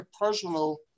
personal